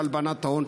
בהלבנת ההון.